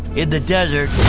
in the desert